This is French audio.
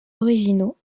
originaux